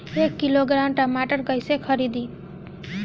एक किलोग्राम टमाटर कैसे खरदी?